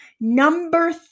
Number